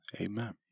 Amen